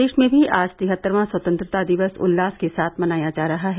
प्रदेश में भी आज तिहत्तरवां स्वतंत्रता दिवस उल्लास के साथ मनाया जा रहा है